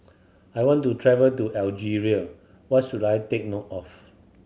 I want to travel to Algeria what should I take note of